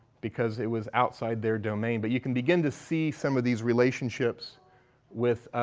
because it was outside their domain. but you can begin to see some of these relationships with